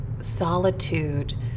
solitude